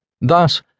Thus